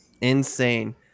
Insane